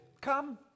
Come